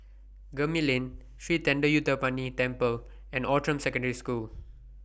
Gemmill Lane Sri Thendayuthapani Temple and Outram Secondary School